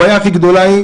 הבעיה הכי גדולה היא,